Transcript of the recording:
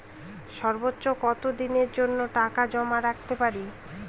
সর্বোচ্চ কত দিনের জন্য টাকা জমা রাখতে পারি?